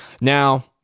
Now